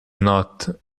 not